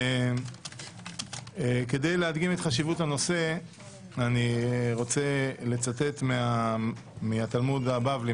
כדי להדגים את חשיבות הנושא אני רוצה לצטט מהתלמוד הבבלי,